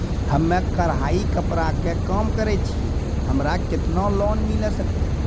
हम्मे कढ़ाई कपड़ा के काम करे छियै, हमरा केतना लोन मिले सकते?